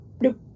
nope